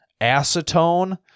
Acetone